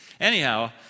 Anyhow